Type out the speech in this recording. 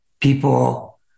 people